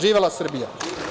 Živela Srbija!